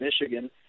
Michigan